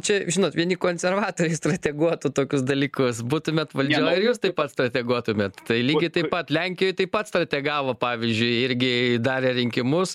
čia žinot vieni konservatoriai strateguotų tokius dalykus būtumėt valdžioj ir jūs taip pat strateguotumėt tai lygiai taip pat lenkijoj taip pat strategavo pavyzdžiui irgi darė rinkimus